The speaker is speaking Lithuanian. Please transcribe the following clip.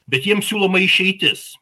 bet jiem siūloma išeitis